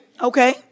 Okay